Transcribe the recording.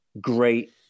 great